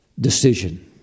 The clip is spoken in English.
decision